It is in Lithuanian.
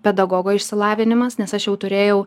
pedagogo išsilavinimas nes aš jau turėjau